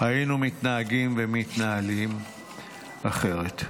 היינו מתנהגים ומתנהלים אחרת.